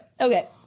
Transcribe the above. Okay